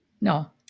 No